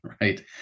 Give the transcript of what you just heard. Right